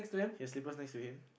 you have slippers next to him